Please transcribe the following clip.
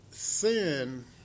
Sin